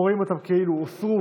רואים אותן כאילו הוסרו,